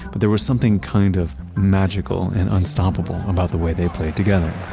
but there was something kind of magical and unstoppable about the way they played together.